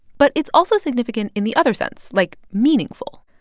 but it's also significant in the other sense, like, meaningful.